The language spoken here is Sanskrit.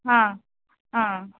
हा हा